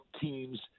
teams